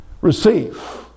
receive